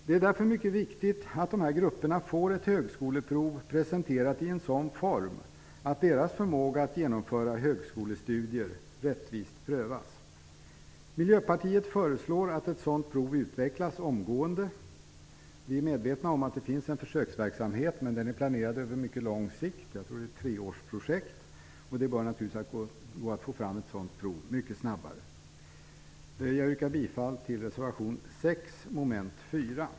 Det är därför mycket viktigt att dessa grupper får ett högskoleprov presenterat i en sådan form att deras förmåga att genomföra högskolestudier rättvist prövas. Miljöpartiet föreslår att ett sådant prov utvecklas omgående. Vi är medvetna om att det finns en försöksverksamhet, men den är planerad över en mycket lång tid - jag tror att det rör sig om ett treårsprojekt. Det bör naturligtvis gå att få fram ett sådant prov mycket snabbare. Jag yrkar bifall till reservation nr 6 under mom. 4.